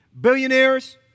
billionaires